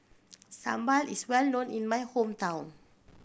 sambal is well known in my hometown